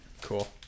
Cool